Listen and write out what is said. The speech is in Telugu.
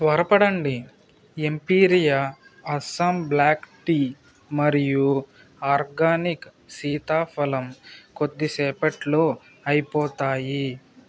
త్వరపడండి ఎంపీరియా అస్సాం బ్ల్యాక్ టీ మరియు ఆర్గానిక్ సీతాఫలం కొద్దిసేపట్లో అయిపోతాయి